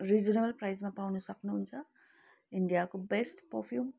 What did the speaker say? reasonable प्राइजमा पाउन सक्नुहुन्छ इन्डियाको बेस्ट परफ्युम